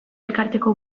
elkarteko